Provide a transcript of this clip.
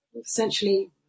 essentially